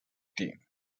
team